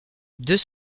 deux